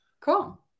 cool